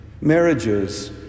Marriages